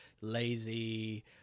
lazy